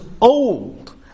old